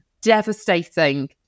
devastating